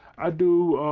i do,